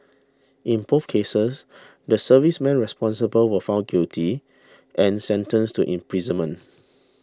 in both cases the servicemen responsible were found guilty and sentenced to imprisonment